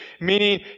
meaning